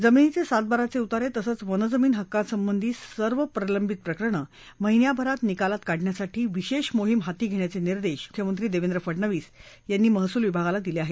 जमिनीचे सात बाराचे उतारे तसंच वन जमीन हक्कांसंबंधी सर्व प्रलंबित प्रकरणं महिनाभरात निकालात काढण्यासाठी विशेष मोहिम हाती घेण्याचे निर्देश मुख्यमंत्री देवेंद्र फडनवीस यांनी महसूल विभागाला दिले आहेत